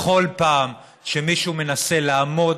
בכל פעם שמישהו מנסה לעמוד